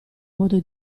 modo